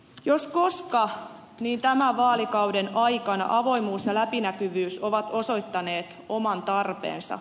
jos koska niin tämän vaalikauden aikana avoimuus ja läpinäkyvyys ovat osoittaneet oman tarpeensa